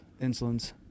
insulin's